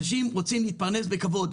אנשים רוצים להתפרנס בכבוד.